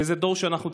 וזה דור שאנחנו,